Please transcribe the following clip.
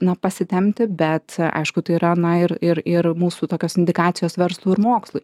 na pasitempti bet aišku tai yra na ir ir ir mūsų tokios indikacijos verslui ir mokslui